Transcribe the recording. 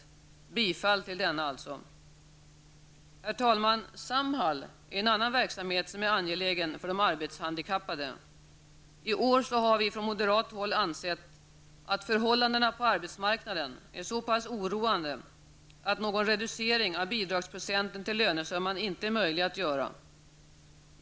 Jag yrkar alltså bifall till den reservationen. Herr talman! Samhall är en annan verksamhet som är angelägen för de arbetshandikappade. I år har vi från moderat håll ansett att förhållandena på arbetsmarknaden är så pass oroande, att någon reducering av bidragsprocenten till lönesumman inte är möjlig att göra.